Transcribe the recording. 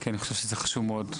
כי אני חושב שזה חשוב מאוד,